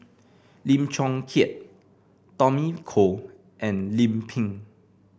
Lim Chong Keat Tommy Koh and Lim Pin